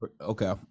Okay